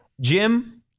Jim